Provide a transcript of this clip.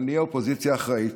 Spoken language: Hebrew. אבל נהיה אופוזיציה אחראית.